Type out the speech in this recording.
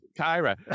Kyra